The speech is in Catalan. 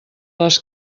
les